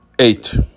Eight